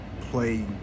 play